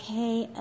Okay